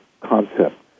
concept